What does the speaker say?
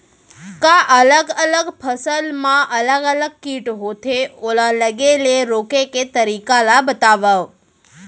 का अलग अलग फसल मा अलग अलग किट होथे, ओला लगे ले रोके के तरीका ला बतावव?